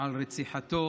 על רציחתו